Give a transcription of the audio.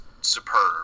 superb